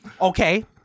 Okay